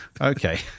Okay